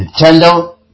Nintendo